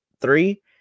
three